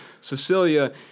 Cecilia